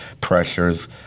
pressures